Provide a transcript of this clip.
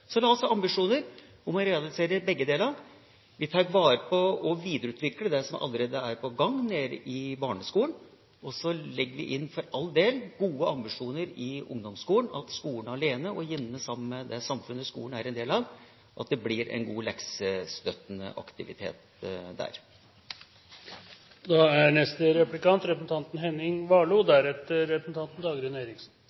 vare på og videreutvikler det som allerede er på gang i barneskolen, og så legger vi for all del inn gode ambisjoner for ungdomsskolen, at det i skolen – alene eller sammen med det samfunnet skolen er en del av – blir en god leksestøttende aktivitet. Jeg forstår at representanten